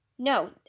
No